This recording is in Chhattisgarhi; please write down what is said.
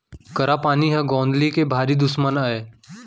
करा पानी ह गौंदली के भारी दुस्मन अय